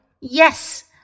Yes